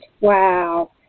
Wow